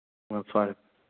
ꯑꯣ ꯐꯔꯦ